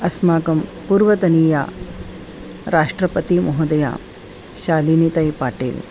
अस्माकं पूर्वतनीया राष्ट्रपतिमहोदया शालीनीताईपाटिल्